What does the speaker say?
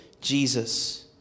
Jesus